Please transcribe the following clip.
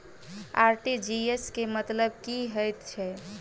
RTGS केँ मतलब की हएत छै?